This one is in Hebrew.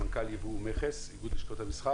מנכ"ל יבוא מכס באיגוד לשכות המסחר